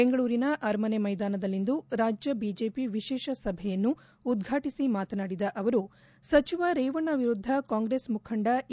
ಬೆಂಗಳೂರಿನ ಅರಮನೆ ಮೈದಾನದಲ್ಲಿಂದು ರಾಜ್ಯ ಬಿಜೆಪಿ ವಿಶೇಷ ಸಭೆಯನ್ನು ಉದ್ಘಾಟಿಸಿ ಮಾತನಾಡಿದ ಅವರು ಸಚಿವ ರೇವಣ್ಣ ವಿರುದ್ದ ಕಾಂಗ್ರೆಸ್ ಮುಖಂಡ ಎ